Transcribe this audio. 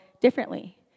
differently